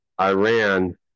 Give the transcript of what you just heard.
Iran